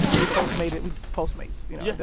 and we postmated we postmates, you know, yeah